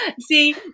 See